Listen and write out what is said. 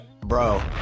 Bro